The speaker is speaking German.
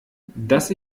dass